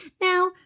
now